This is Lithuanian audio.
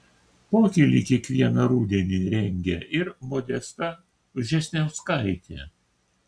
pokylį kiekvieną rudenį rengia ir modesta vžesniauskaitė